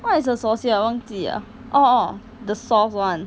what is a saucier 我忘记了 orh orh the sauce [one]